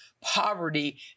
poverty